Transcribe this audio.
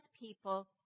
people